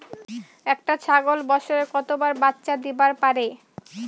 একটা ছাগল বছরে কতবার বাচ্চা দিবার পারে?